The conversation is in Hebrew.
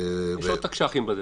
יש עוד תקש"חים בדרך.